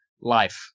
life